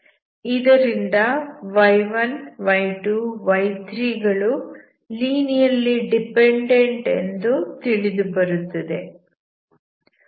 ಇದರಿಂದ y1 y2 y3 ಗಳು linearly dependent ಎಂದು ತಿಳಿದುಬರುತ್ತದೆ